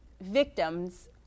victims